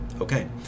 Okay